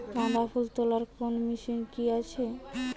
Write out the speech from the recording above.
গাঁদাফুল তোলার কোন মেশিন কি আছে?